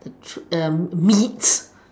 meats